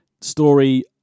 story